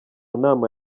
nama